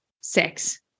sex